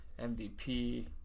MVP